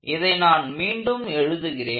இதை நான் மீண்டும் எழுதுகிறேன்